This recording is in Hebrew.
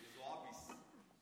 זועביז.